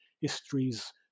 histories